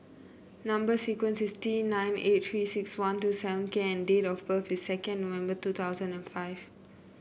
number sequence is T nine eight Three six one two seven K and date of birth is second November two thousand and five